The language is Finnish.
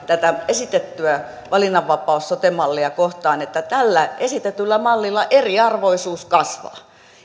tätä esitettyä valinnanvapaus sote mallia kohtaan että tällä esitetyllä mallilla eriarvoisuus kasvaa